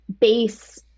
base